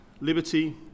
liberty